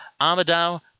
Armidale